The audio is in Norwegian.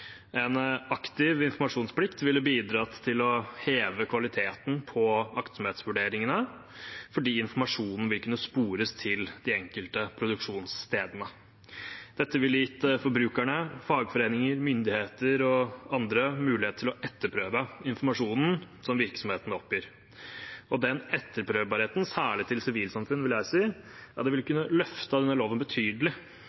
En aktiv informasjonsplikt ville bidratt til å heve kvaliteten på aktsomhetsvurderingene fordi informasjonen ville kunne spores til de enkelte produksjonsstedene. Dette ville gitt forbrukerne, fagforeninger, myndigheter og andre mulighet til å etterprøve informasjonen som virksomheten oppgir. Den etterprøvbarheten – særlig til sivilsamfunn, vil jeg si